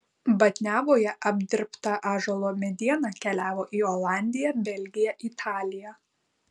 batniavoje apdirbta ąžuolo mediena keliavo į olandiją belgiją italiją